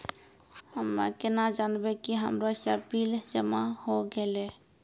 हम्मे केना जानबै कि हमरो सब बिल जमा होय गैलै?